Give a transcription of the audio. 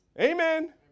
Amen